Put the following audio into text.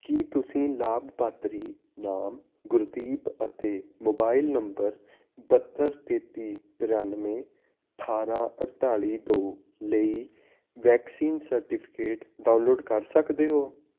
ਕੀ ਤੁਸੀਂ ਲਾਭਪਾਤਰੀ ਨਾਮ ਗੁਰਦੀਪ ਅਤੇ ਮੋਬਾਈਲ ਨੰਬਰ ਬਹੱਤਰ ਤੇਤੀ ਤਰਾਨਵੇਂ ਅਠਾਰ੍ਹਾਂ ਅਠਤਾਲੀ ਦੋ ਲਈ ਵੈਕਸੀਨ ਸਰਟੀਫਿਕੇਟ ਡਾਊਨਲੋਡ ਕਰ ਸਕਦੇ ਹੋ